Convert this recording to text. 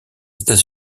états